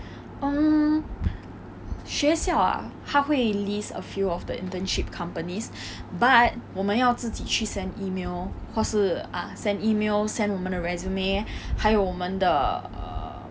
um 学校啊他会 list a few of the internship companies but 我们要自己去 send email 或是 err send email send 我们的 resume 还有我们的 err